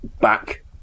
back